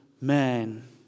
man